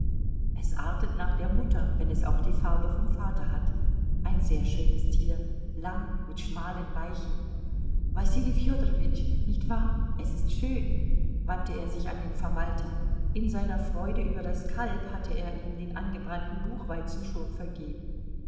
es artet nach der mutter wenn es auch die farbe vom vater hat ein sehr schönes tier lang mit schmalen weichen wasili fedorowitsch nicht wahr es ist schön wandte er sich an den verwalter in seiner freude über das kalb hatte er ihm den angebrannten buchweizen schon vergeben